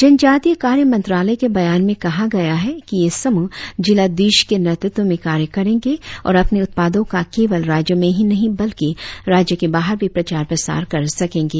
जनजातीय कार्य मंत्रालय के बयान में कहा गया है कि ये समुह जिलाधीश के नेतृत्व में कार्य करेंगे और आने उत्पादो का केवल राज्यो में ही नही बल्कि राज्य के बाहर भी पचार पसार कर सकेंगे